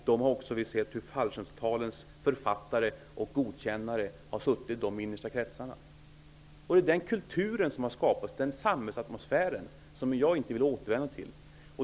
Vi har också fått se att fallskärmsavtalens författare och godkännare funnits med i de innersta kretsarna. Det är den kulturen och samhällsatmosfären som jag inte vill återvända till.